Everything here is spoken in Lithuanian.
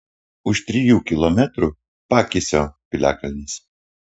už trijų kilometrų pakisio piliakalnis